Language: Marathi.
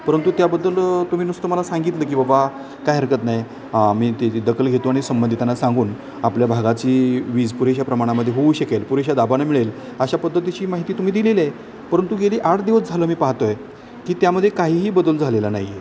परंतु त्याबद्दल तुम्ही नुसतं मला सांगितलं की बाबा काय हरकत नाही मी त्याची दखल घेतो आणि संबंधितांना सांगून आपल्या भागाची वीज पुरेशा प्रमाणामध्ये होऊ शकेल पुरेशा दाबानं मिळेल अशा पद्धतीची माहिती तुम्ही दिलेली आहे परंतु गेली आठ दिवस झालं मी पाहतोय की त्यामध्ये काहीही बदल झालेला नाहीये